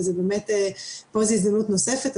פה זו הזדמנות נוספת,